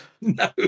No